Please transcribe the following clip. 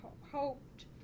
hoped